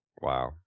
Wow